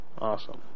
Awesome